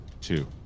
Two